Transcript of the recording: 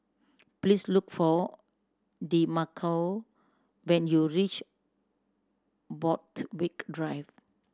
please look for Demarco when you reach Borthwick Drive